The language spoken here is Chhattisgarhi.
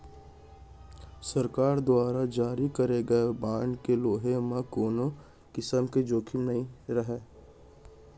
सरकार दुवारा जारी करे गए बांड के लेहे म कोनों किसम के जोखिम नइ रहय